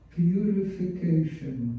purification